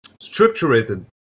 structured